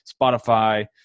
Spotify